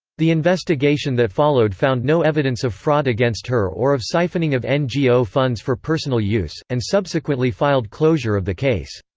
the investigation that followed found no evidence of fraud against her or of siphoning of ngo funds for personal use, and subsequently filed closure of the case.